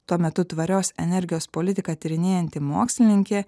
tuo metu tvarios energijos politiką tyrinėjanti mokslininkė